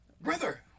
Brother